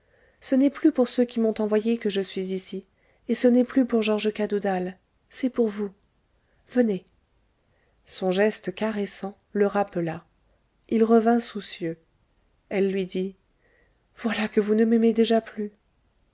ce n'est plus pour ceux qui m'ont envoyée que je suis ici et ce n'est plus pour georges cadoudal c'est pour vous venez son geste caressant le rappela il revint soucieux elle lui dit voilà que vous ne m'aimez déjà plus